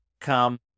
come